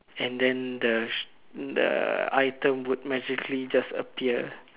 and then the s~ the item would magically just appear